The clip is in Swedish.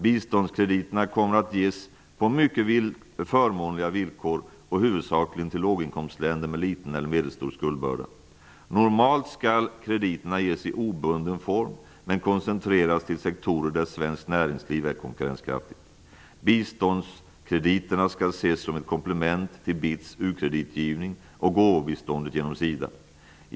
Biståndskrediterna kommer att ges på mycket förmånliga villkor och huvudsakligen till låginkomstländer med liten eller medelstor skuldbörda. Normalt skall krediterna ges i obunden form, men koncentreras till sektorer där svenkt näringsliv är konkurrenskraftigt. Biståndskrediterna skall ses som ett komplement till BITS u-kreditgivning och gåvobiståndet genom SIDA.